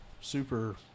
super